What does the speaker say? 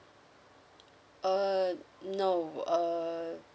uh no uh